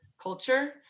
culture